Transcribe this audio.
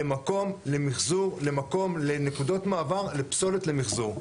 למקום למחזור, למקום לנקודות מעבר לפסולת למחזור.